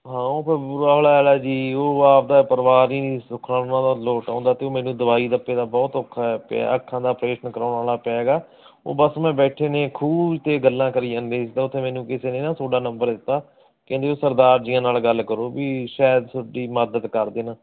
ਹਾਂ ਉਹ ਫੇਰ ਬੁਰਾ ਹਾਲ ਐ ਜੀ ਉਹ ਆਪਦਾ ਪਰਿਵਾਰ ਈ ਨੀ ਸੌਖਾ ਉਨ੍ਹਾਂ ਦਾ ਲੋਟ ਆਉਂਦਾ ਤੇ ਮੈਨੂੰ ਦਵਾਈ ਦੱਪੇ ਦਾ ਬਹੁਤ ਔਖਾ ਹੋਇਆ ਪਿਆ ਅੱਖਾਂ ਦਾ ਪ੍ਰੇਸ਼ਨ ਕਰਾਉਣ ਆਲਾ ਪਿਆ ਗਾ ਉਹ ਬਸ ਮੈਂ ਬੈਠੇ ਨੇ ਖੂਹ ਤੇ ਗੱਲਾਂ ਕਰੀ ਜਾਂਦੇ ਸੀ ਤਾਂ ਓਥੇ ਮੈਨੂੰ ਕਿਸੇ ਨੇ ਨਾ ਥੋਡਾ ਨੰਬਰ ਦਿੱਤਾ ਕਹਿੰਦੇ ਉਹ ਸਰਦਾਰ ਜੀਆਂ ਨਾਲ ਗੱਲ ਕਰੋ ਵੀ ਸ਼ੈਦ ਥੋਡੀ ਮਦਦ ਕਰ ਦੇਣ